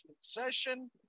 session